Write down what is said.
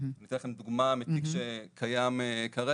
אני אתן לכם דוגמה מתיק שקיים כרגע,